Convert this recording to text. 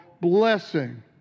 blessing